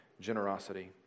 generosity